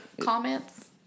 comments